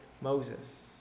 Moses